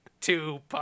two